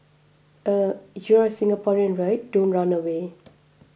you're Singaporean right don't run away